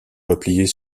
replier